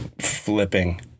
flipping